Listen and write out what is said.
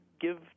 give